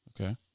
okay